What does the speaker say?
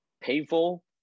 painful